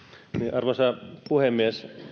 arvoisa puhemies